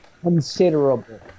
considerable